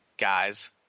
guys